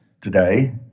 today